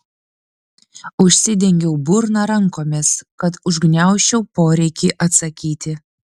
užsidengiau burną rankomis kad užgniaužčiau poreikį atsakyti